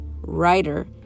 writer